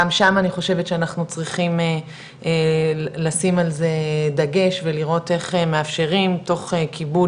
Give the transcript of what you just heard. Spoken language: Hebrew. גם שם אני חושבת שאנחנו צריכים על זה דגש ולראות איך מאפשרים תוך כיבוד